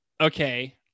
okay